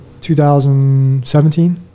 2017